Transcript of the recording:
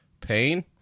pain